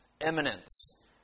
eminence